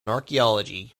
archaeology